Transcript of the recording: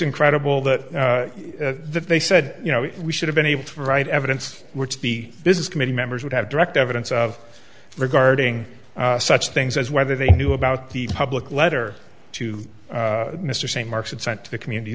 incredible that they said you know we should have been able to provide evidence which the business committee members would have direct evidence of regarding such things as whether they knew about the public letter to mr st marks and sent to the community